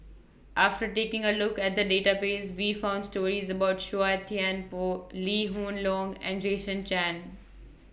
after taking A Look At The Database We found stories about Chua Thian Poh Lee Hoon Leong and Jason Chan